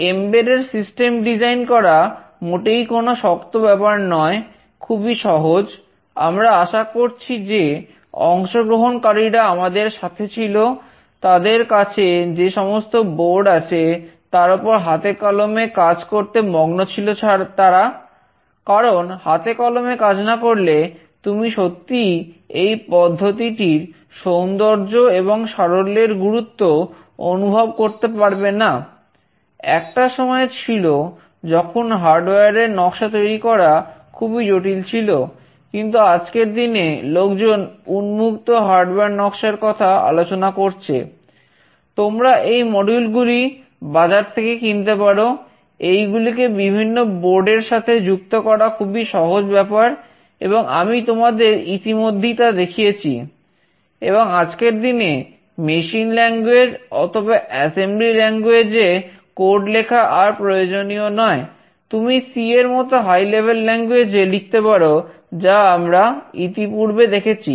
embedded system design লিখতে পারো যা আমরা ইতিপূর্বে দেখেছি